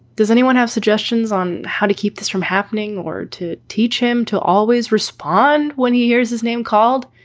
does anyone have suggestions on how to keep this from happening or to teach him to always respond when he hears his name called?